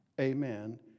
Amen